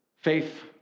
faith